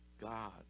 God